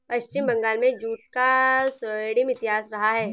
पश्चिम बंगाल में जूट का स्वर्णिम इतिहास रहा है